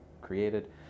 created